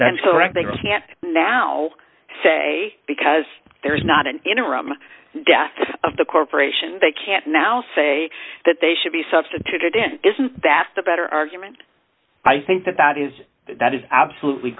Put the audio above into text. correct they can't now say because there's not an interim death of the corporation they can't now say that they should be substituted in isn't that the better argument i think that that is that is absolutely